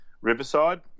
Riverside